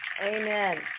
amen